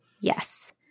Yes